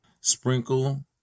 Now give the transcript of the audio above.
Sprinkle